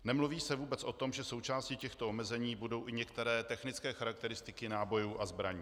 Nemluví se vůbec o tom, že součástí těchto omezení budou i některé technické charakteristiky nábojů a zbraní.